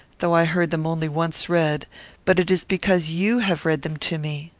though i heard them only once read but it is because you have read them to me.